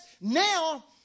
now